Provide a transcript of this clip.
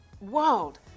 world